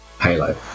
halo